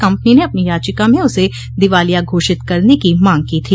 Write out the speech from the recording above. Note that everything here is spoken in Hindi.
कम्पनी ने अपनी याचिका में उसे दिवालिया घोषित करने की मांग की थी